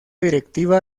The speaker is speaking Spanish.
directiva